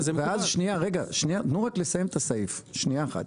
תנו רק לסיים את הסעיף, שנייה אחת.